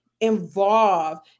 involved